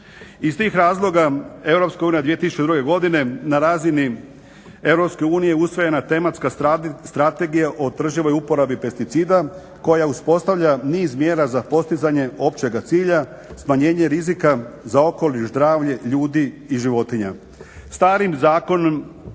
Iz tih razloga EU 2002.godine na razini EU usvojena je tematska strategija o održivoj uporabi pesticida koja uspostavlja niz mjera za postizanje općega cilja, smanjenje rizika za okoliš, zdravlje, ljudi i životinja.